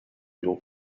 your